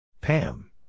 Pam